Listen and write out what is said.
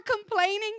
complaining